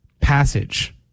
passage